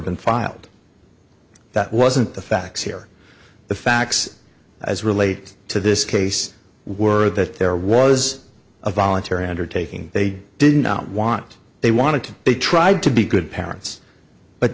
been filed that wasn't the facts here the facts as relate to this case were that there was a voluntary undertaking they did not want they wanted to they tried to be good parents but